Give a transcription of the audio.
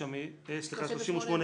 לסעיף 1 לא